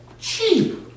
cheap